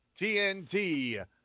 TNT